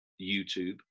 YouTube